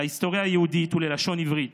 להיסטוריה יהודית וללשון עברית